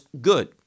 good